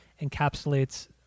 encapsulates